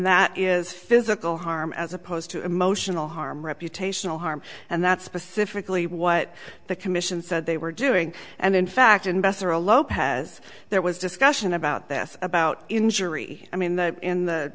that is physical harm as opposed to emotional harm reputational harm and that's specifically what the commission said they were doing and in fact investor a lopez there was discussion about this about injury i mean in the